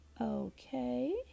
Okay